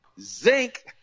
zinc